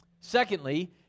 Secondly